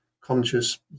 conscious